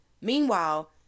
meanwhile